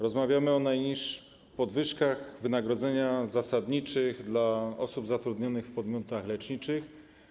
Rozmawiamy o podwyżkach wynagrodzeń zasadniczych dla osób zatrudnionych w podmiotach leczniczych.